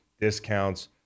discounts